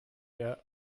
mehr